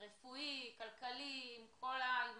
רפואי, כלכלי, עם